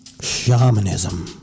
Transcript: Shamanism